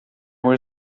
were